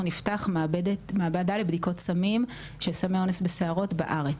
נפתח מעבדה לבדיקות סמים של סמי אונס בשערות בארץ.